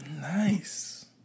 nice